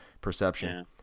perception